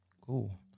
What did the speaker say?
Cool